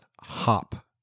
hop